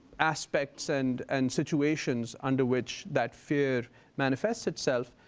aspects and and situations under which that fear manifests itself.